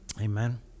amen